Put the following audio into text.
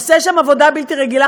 עושה שם עבודה בלתי רגילה,